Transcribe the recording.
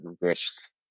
risk